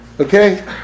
Okay